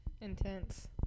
intense